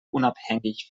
unabhängig